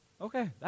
Okay